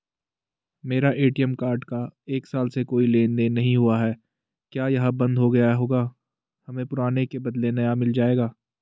मेरा ATM card का एक साल से कोई लेन देन नहीं हुआ है क्या यह बन्द हो गया होगा हमें पुराने के बदलें नया मिल जाएगा?